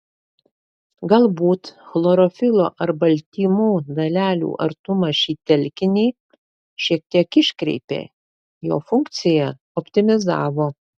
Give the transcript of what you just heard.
galbūt chlorofilo ar baltymų dalelių artumas šį telkinį šiek tiek iškreipė jo funkciją optimizavo